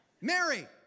Mary